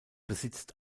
besitzt